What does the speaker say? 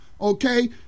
Okay